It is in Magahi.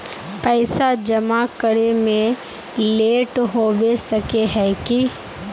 पैसा जमा करे में लेट होबे सके है की?